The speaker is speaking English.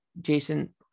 jason